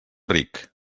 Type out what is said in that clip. ric